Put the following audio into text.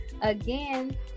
Again